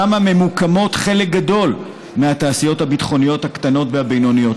ששם ממוקמות חלק גדול מהתעשיות הביטחוניות הקטנות והבינוניות